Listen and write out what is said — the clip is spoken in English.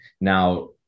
Now